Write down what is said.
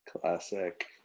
classic